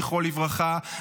זכרו לברכה,